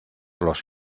los